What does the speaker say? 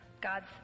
God's